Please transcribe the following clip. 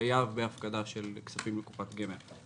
חייב בהפקדה של כספים לקופת גמל.